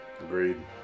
Agreed